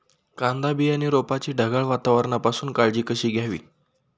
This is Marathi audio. कांदा बियाणे रोपाची ढगाळ वातावरणापासून काळजी कशी घ्यावी?